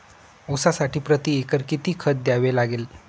ऊसासाठी प्रतिएकर किती खत द्यावे लागेल?